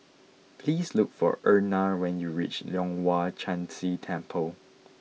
please look for Erna when you reach Leong Hwa Chan Si Temple